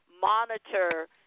monitor